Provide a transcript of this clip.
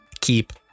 keep